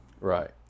Right